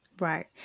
Right